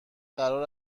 قرار